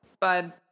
bud